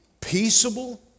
Peaceable